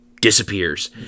disappears